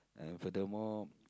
and furthermore